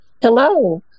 Hello